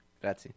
Grazie